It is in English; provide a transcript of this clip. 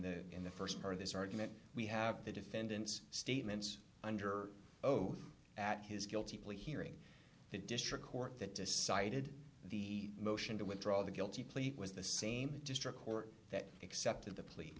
the in the st part of this argument we have the defendant's statements under oath at his guilty plea hearing the district court that decided the motion to withdraw the guilty plea was the same district court that accepted the pl